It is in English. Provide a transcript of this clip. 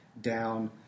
down